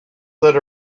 that